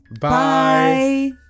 Bye